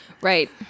Right